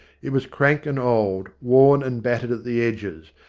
it was crank and old, worn and battered at the edges.